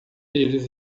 eles